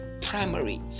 primary